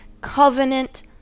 covenant